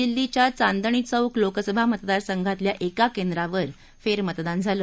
दिल्लीच्या चांदणी चौक लोकसभा मतदारसंघातल्या एका केंद्रावर फेरमतदान झालं